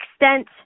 extent